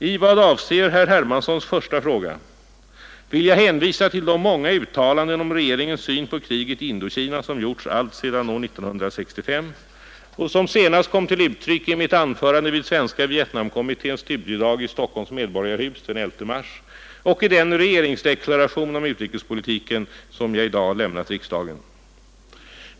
I vad avser herr Hermanssons första fråga vill jag hänvisa till de många uttalanden om regeringens syn på kriget i Indokina som gjorts alltsedan år 1965 och som senast kom till uttryck i mitt anförande vid Svenska Vietnamkommitténs studiedag i Stockholms Medborgarhus den 11 mars och i den regeringsdeklaration om utrikespolitiken som jag i dag lämnat riksdagen.